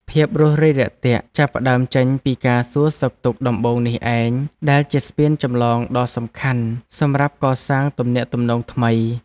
ភាពរួសរាយរាក់ទាក់ចាប់ផ្តើមចេញពីការសួរសុខទុក្ខដំបូងនេះឯងដែលជាស្ពានចម្លងដ៏សំខាន់សម្រាប់កសាងទំនាក់ទំនងថ្មី។